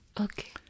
Okay